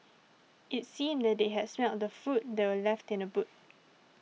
it seemed that they had smelt the food that were left in the boot